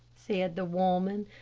said the woman.